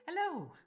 Hello